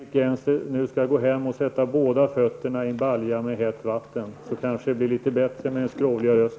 Herr talman! Jag tycker att Margit Gennser skall gå hem och sätta båda fötterna i en balja med hett vatten. Då blir det kanske litet bättre, med tanke på hennes skrovliga röst.